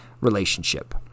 relationship